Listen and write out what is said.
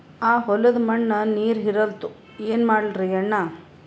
ಆ ಹೊಲದ ಮಣ್ಣ ನೀರ್ ಹೀರಲ್ತು, ಏನ ಮಾಡಲಿರಿ ಅಣ್ಣಾ?